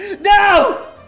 No